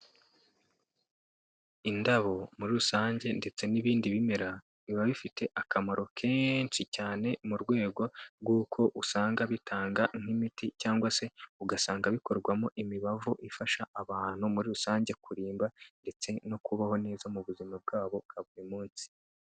Indabo muri rusange ndetse n'ibindi bimera, biba bifite akamaro kenshi cyane mu rwego rw'uko usanga bitanga nk'imiti cyangwa se ugasanga bikorwamo imibavu ifasha abantu muri rusange kurimba ndetse no kubaho neza mu buzima bwabo bwa buri munsi.